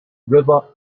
river